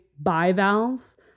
bivalves